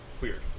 Weird